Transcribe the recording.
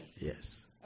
Yes